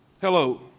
Hello